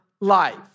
life